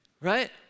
Right